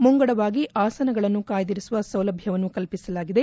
ಮುಂಗಡವಾಗಿ ಆಸನಗಳನ್ನು ಕಾಯ್ದಿರಿಸುವ ಸೌಲಭ್ಣಗಳನ್ನು ಕಲ್ಪಿಸಲಾಗಿದೆ